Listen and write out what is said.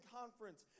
conference